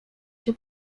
się